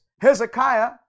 Hezekiah